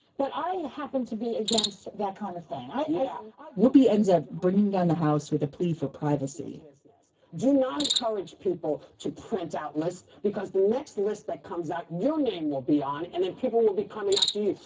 but i happen to be against that kind of thing. i yeah would be ends up bringing down the house with a plea for privacy this do not encourage people to print out lists because the next list that comes out your name will be on and then people will be coming after you.